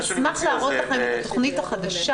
אני אתייחס לתוכנית הזאת בסיכום.